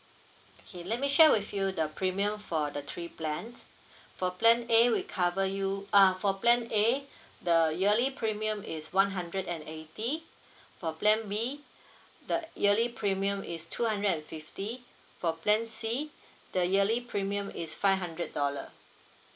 okay let me share with you the premium for the three plans for plan A we cover you uh for plan A the yearly premium is one hundred and eighty for plan B the yearly premium is two hundred and fifty for plan C the yearly premium is five hundred dollar